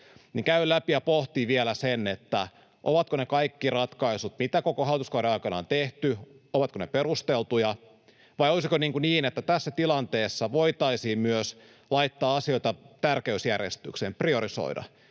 käy läpi ja pohtii vielä, ovatko ne kaikki ratkaisut, mitä koko hallituskauden aikana on tehty, perusteltuja vai olisiko niin, että tässä tilanteessa voitaisiin myös laittaa asioita tärkeysjärjestykseen, priorisoida.